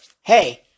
hey